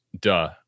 duh